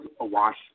awash